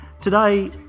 Today